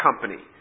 company